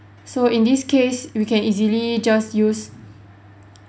so in this case we can easily just use